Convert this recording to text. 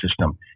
system